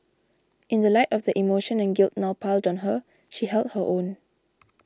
in the light of the emotion and guilt now piled on her she held her own